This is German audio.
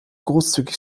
großzügig